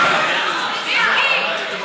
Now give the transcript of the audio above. מיקי, אל תקלקל.